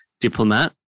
diplomat